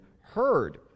heard